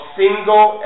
single